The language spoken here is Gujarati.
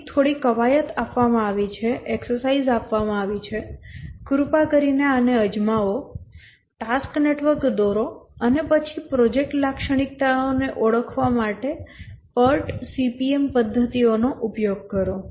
અહીં થોડી કવાયત આપવામાં આવી છે કૃપા કરીને આને અજમાવો ટાસ્ક નેટવર્ક દોરો અને પછી પ્રોજેક્ટ લાક્ષણિકતાઓને ઓળખવા માટે PERT CPM પદ્ધતિનો ઉપયોગ કરો